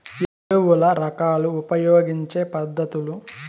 ఎరువుల రకాలు ఉపయోగించే పద్ధతులు?